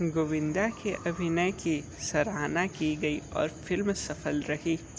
गोविंदा के अभिनय की सराहना की गई और फ़िल्म सफल रही